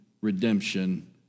Redemption